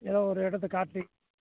எதாது ஒரு இடத்த காட்டி